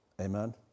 Amen